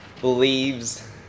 believes